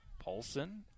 Paulson